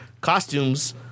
costumes